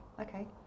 okay